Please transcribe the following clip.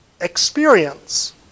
experience